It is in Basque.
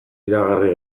iragarri